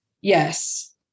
Yes